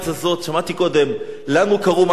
שמעתי קודם: לנו קראו "מעפילים".